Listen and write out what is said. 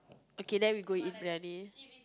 okay then we go eat briyani